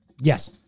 Yes